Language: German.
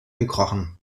gekrochen